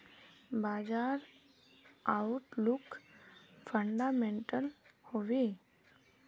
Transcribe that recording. बाजार outlook fundamental हैवै?